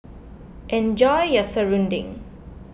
enjoy your Serunding